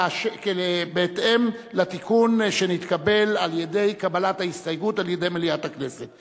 בהתאם לתיקון שנתקבל על-ידי קבלת ההסתייגות על-ידי מליאת הכנסת.